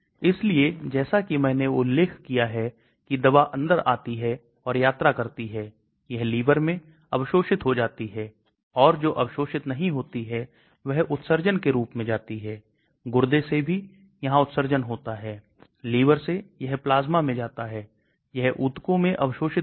hydrogen bonding को कम करें इसलिए हमारे पास समूह है इस विशेष मॉलिक्यूल को देखिए इसके पास O CH3 O CH3 है जाहिर है कि यह हाइड्रोजन बॉन्ड एक्सेप्टर है